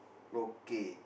okay